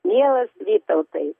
mielas vytautai